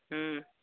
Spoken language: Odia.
ହୁଁ